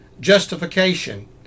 justification